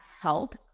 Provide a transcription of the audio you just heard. help